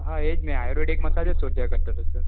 હા એજ ને આયુર્વેદિક મસાજ જ શોધ્યા કરતો હતો સર